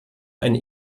eine